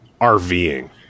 RVing